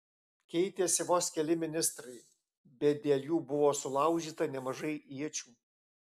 keitėsi vos keli ministrai bet dėl jų buvo sulaužyta nemažai iečių